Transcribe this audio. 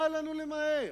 מה לנו למהר?